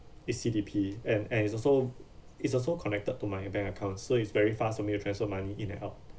uh C_D_P and and it's also it's also connected to my bank account so it's very fast for me to transfer money in and out